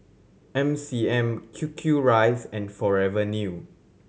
M C M Q Q Rice and Forever New